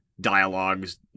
dialogues